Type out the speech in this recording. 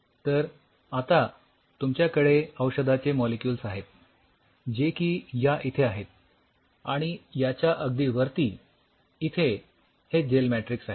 तर आता तुमच्याकडे औषधाचे मॉलिक्युल्स आहेत जे की या इथे आहेत आणि याच्या अगदी वरती इथे हे जेल मॅट्रिक्स आहे